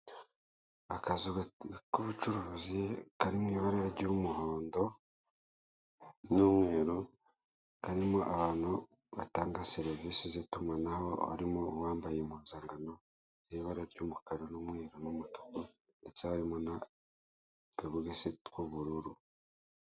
Akazu k'ubucuruzi kari mu ibara ry'umuhondo n'umweru karimo abantu batanga serivise z'itumanaho, harimo uwambaye impuzankano y'ibara ry'umukara n'umweru n'umutuku ndetse harmo n'akabogisi k'ubururu.